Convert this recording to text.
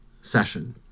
session